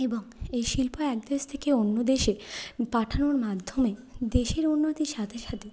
এবং এই শিল্প একদেশ থেকে অন্য দেশে পাঠানোর মাধ্যমে দেশের উন্নতির সাথে সাথে